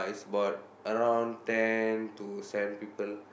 uh is about around ten to seven people